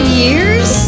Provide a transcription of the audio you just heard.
years